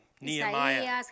Nehemiah